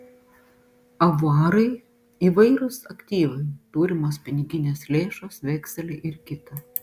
avuarai įvairūs aktyvai turimos piniginės lėšos vekseliai ir kita